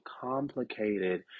complicated